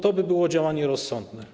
To byłoby działanie rozsądne.